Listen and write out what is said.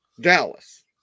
Dallas